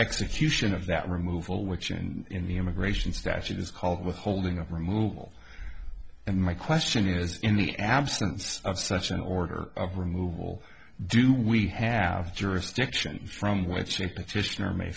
execution of that removal which and in the immigrations that it is called withholding of removal and my question is in the absence of such an order of removal do we have jurisdiction from which an petitioner may